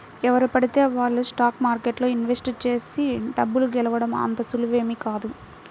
ఎవరు పడితే వాళ్ళు స్టాక్ మార్కెట్లో ఇన్వెస్ట్ చేసి డబ్బు గెలవడం అంత సులువేమీ కాదు